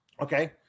okay